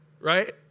right